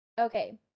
Okay